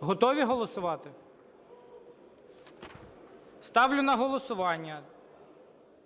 Готові голосувати? Ставлю на голосування